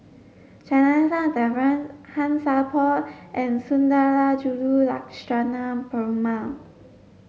Janadas Devan Han Sai Por and Sundarajulu Lakshmana Perumal